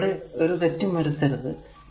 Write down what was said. ഞാൻ ഒരു തെറ്റും ഇവിടെ വരുത്തരുത്